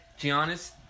Giannis